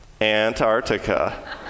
Antarctica